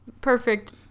perfect